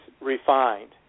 refined